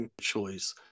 choice